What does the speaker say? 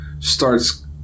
starts